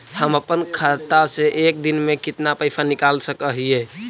हम अपन खाता से एक दिन में कितना पैसा निकाल सक हिय?